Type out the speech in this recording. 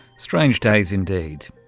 strange days indeed.